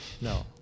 No